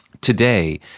today